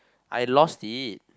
I lost it